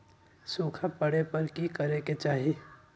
सूखा पड़े पर की करे के चाहि